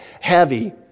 heavy